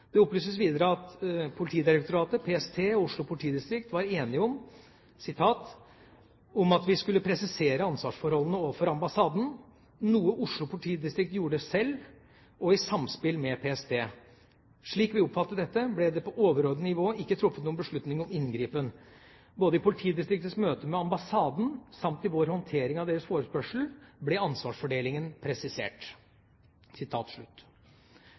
Det opplyses videre at Politidirektoratet, PST og Oslo politidistrikt var enige «om at vi skulle presisere ansvarsforholdene overfor ambassaden, noe Oslo politidistrikt gjorde selv, og i samspill med PST. Slik vi oppfattet dette, ble det på overordnet nivå ikke truffet noen beslutning om inngripen. Både i politidistriktets møter med ambassaden, samt i vår håndtering av deres forespørsler, ble ansvarsfordelingen presisert».